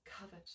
covered